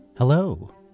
Hello